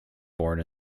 born